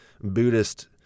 Buddhist